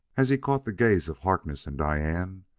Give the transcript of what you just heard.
as he caught the gaze of harkness and diane,